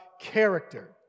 character